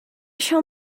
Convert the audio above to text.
shall